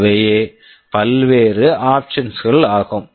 இவையே பல்வேறு options options கள் ஆகும்